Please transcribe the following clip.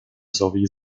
sowie